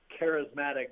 charismatic